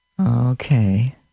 Okay